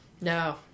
no